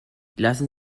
lassen